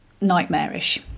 nightmarish